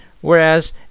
whereas